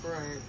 Right